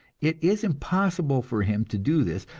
it is impossible for him to do this,